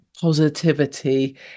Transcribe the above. positivity